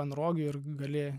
an rogių ir gali